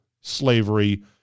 Slavery